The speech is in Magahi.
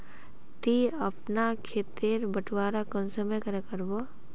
ती अपना खेत तेर बटवारा कुंसम करे करबो?